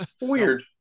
Weird